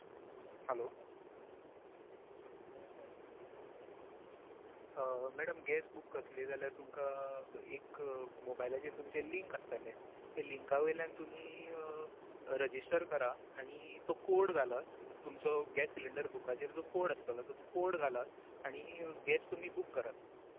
hello madam gas book करतली जाल्यार तुमकां ब् एक मोबायलाचेर तुमच्या लिंक आसतलें त्या लिंका वयल्यान तुमी रॅजिस्टर करा आनी तो कोड घालात आनी तुमचो गॅस सिलींडर बुकाचेर जो कोड आसतलो तो कोड घालात आनी गॅस तुमी बूक करात